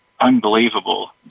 unbelievable